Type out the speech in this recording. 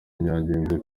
nyangezi